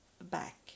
back